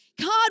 God